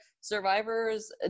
survivors